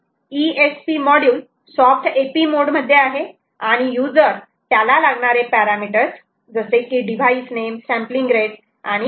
ESP module soft AP mode मध्ये आहे आणि यूजर त्याला लागणारे पॅरामीटर्स जसे की डिव्हाइस नेम सॅम्पलिंग रेट आणि वेगळे काही वापरू शकतात